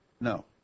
no